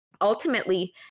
ultimately